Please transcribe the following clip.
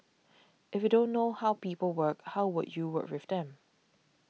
if you don't know how people work how will you work with them